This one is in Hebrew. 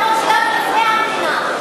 אלה האדמות שלנו לפני המדינה.